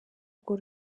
urwo